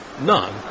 None